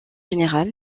général